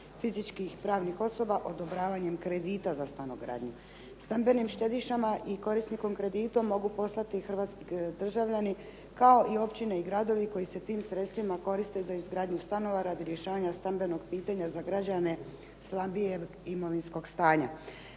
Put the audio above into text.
fizičkih i pravnih osoba odobravanjem kredita za stanogradnju. Stambenim štedišama i korisnikom kredita mogu postati hrvatski državljani kao i općine i gradovi koji se tim sredstvima koriste za izgradnju stanova radi rješavanja stambenog pitanja za građane slabijeg imovinskog stanja.